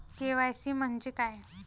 KYC म्हंजे काय?